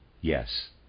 yes